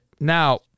now